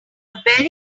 very